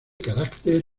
carácter